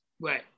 Right